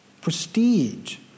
prestige